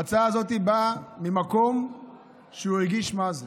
ההצעה הזאת באה ממקום שהוא הרגיש מה זה